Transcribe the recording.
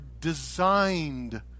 designed